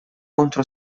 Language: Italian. contro